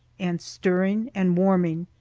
and stirring and warming,